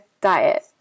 diet